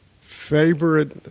favorite